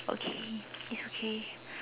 okay it's okay